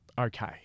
okay